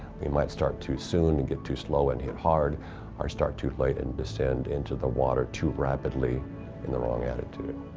we might start too soon and get too slow and hit hard or start too late and descend into the water too rapidly in the wrong attitude.